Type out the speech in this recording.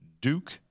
Duke